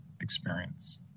experience